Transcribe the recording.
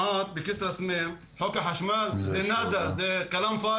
בכסרא סמיע חוק החשמל הוא כמעט כלום,